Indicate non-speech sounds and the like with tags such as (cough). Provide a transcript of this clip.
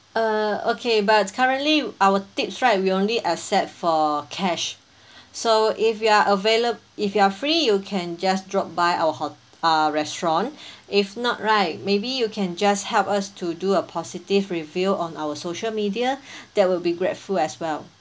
uh okay but currently our tips right we only accept for cash (breath) so if you are availab~ if you are free you can just drop by our hot~ uh restaurant (breath) if not right maybe you can just help us to do a positive review on our social media (breath) that will be grateful as well